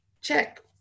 check